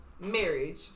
marriage